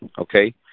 okay